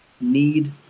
need